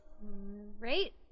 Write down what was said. Right